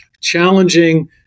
challenging